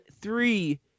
three